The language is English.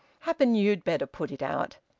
happen you'd better put it out.